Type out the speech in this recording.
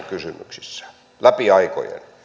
kysymyksissä läpi aikojen